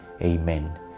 Amen